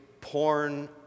porn